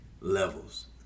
levels